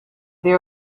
they